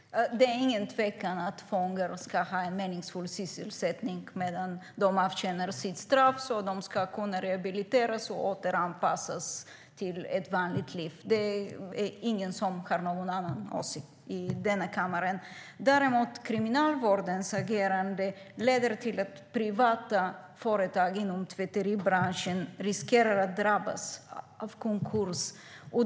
Herr talman! Det är ingen tvekan om att fångar ska ha en meningsfull sysselsättning medan de avtjänar sitt straff, så att de ska kunna rehabiliteras och återanpassas till ett vanligt liv. Det är ingen i denna kammare som har någon annan åsikt om det. Däremot leder Kriminalvårdens agerande till att privata företag inom tvätteribranschen riskerar att drabbas av konkurs.